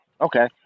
Okay